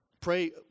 pray